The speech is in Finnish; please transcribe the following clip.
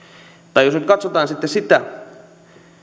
tai jos nyt katsotaan sitten sitä